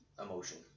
emotion